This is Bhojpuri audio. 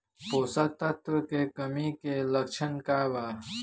पोषक तत्व के कमी के लक्षण का वा?